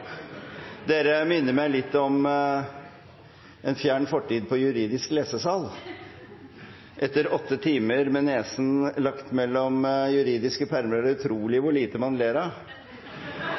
Dere minner meg litt om en fjern fortid på juridisk lesesal. Etter åtte timer med nesen lagt mellom juridiske permer er det utrolig hvor lite man ler av!